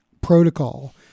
protocol